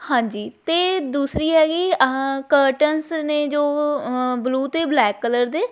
ਹਾਂਜੀ ਅਤੇ ਦੂਸਰੀ ਹੈਗੀ ਕਰਟਨਸ ਨੇ ਜੋ ਬਲੂ ਅਤੇ ਬਲੈਕ ਕਲਰ ਦੇ